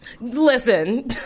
Listen